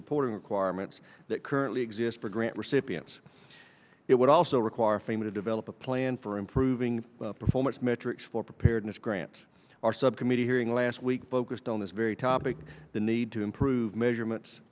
reporting requirements that currently exist for grant recipients it would also require fame to develop a plan for improving performance metrics for preparedness grants our subcommittee hearing last week bogost on this very topic the need to improve measurements